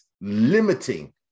limiting